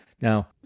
Now